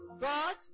God